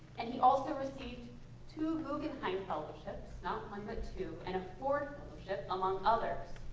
and he also received two guggenheim fellowships, not one but two, and a fourth fellowship among others.